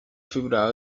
fibra